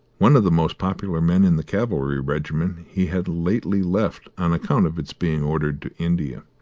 one of the most popular men in the cavalry regiment he had lately left on account of its being ordered to india.